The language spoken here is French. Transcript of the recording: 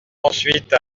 ensuite